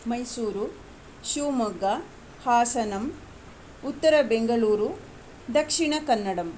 मैसूरु शिवमोग्ग हासनम् उत्तरबेङ्गळूरु दक्षिणकन्नडम्